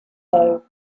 though